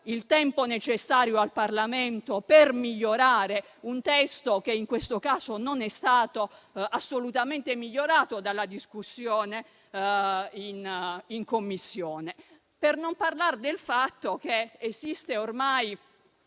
il tempo necessario al Parlamento per migliorare un testo che, in questo caso, non è stato assolutamente migliorato dalla discussione in Commissione. Per non parlare del fatto che esiste ormai